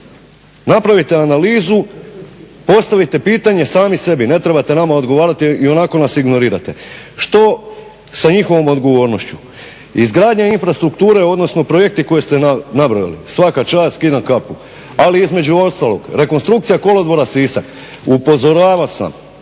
Napravite analizu, postavite pitanje sami sebi. Ne trebate nama odgovarati, ionako nas ignorirate. Što sa njihovom odgovornošću? Izgradnja infrastrukture, odnosno projekti koje ste nabrojali svaka čast, skidam kapu. Ali između ostalog rekonstrukcija kolodvora Sisak. Upozoravao sam,